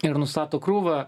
ir nustato krūvą